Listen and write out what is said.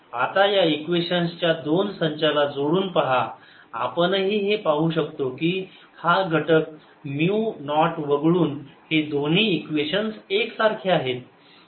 आता या इक्वेशन्स च्या दोन संचाला जोडून पहा आपणही पाहू शकतो की हा घटक म्यु नॉट वगळून हे दोन्ही इक्वेशन्स एक सारखे आहे